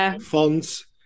fonts